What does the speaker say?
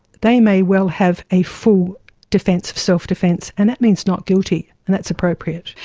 they may well have a full defence of self-defence, and that means not guilty, and that's appropriate.